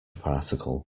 particle